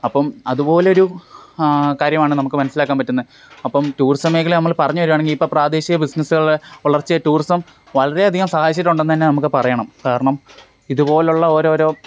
അപ്പം അതുപോലെ ഒരു കാര്യമാണ് നമുക്ക് മനസ്സിലാക്കാൻ പറ്റുന്നത് അപ്പം ടൂറിസം മേഖലെ നമ്മൾ പറഞ്ഞു വരുവാണെങ്കിൽ ഇപ്പം പ്രാദേശിക ബിസിനെസ്സുകൾ വളർച്ച ടുറിസം വളരെ അധികം സഹായിച്ചിട്ടുണ്ടെന്ന് തന്നെ നമുക്ക് പറയണം കാരണം ഇതുപോലെയുള്ള ഓരോ ഓരോ